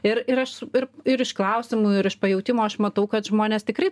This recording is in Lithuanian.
ir ir aš ir ir iš klausimų ir iš pajautimo aš matau kad žmonės tikrai